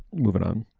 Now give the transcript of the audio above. moving on